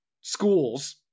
schools